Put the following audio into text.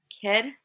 kid